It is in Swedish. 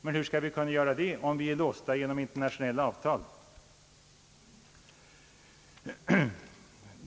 Men hur skall vi kunna göra det, om vi är låsta genom internationella avtal?